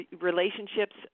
relationships